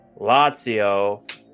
Lazio